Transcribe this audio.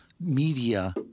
media